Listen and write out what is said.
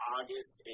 August